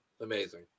amazing